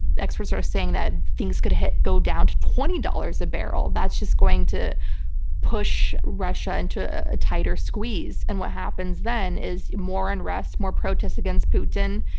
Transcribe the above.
experts are saying that things could hit. go down to twenty dollars a barrel. that's just going to push russia into a tighter squeeze. and what happens then is more unrest, more protests against putin.